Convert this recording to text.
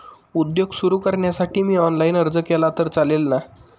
उद्योग सुरु करण्यासाठी मी ऑनलाईन अर्ज केला तर चालेल ना?